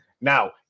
Now